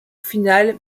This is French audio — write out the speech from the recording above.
finale